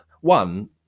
One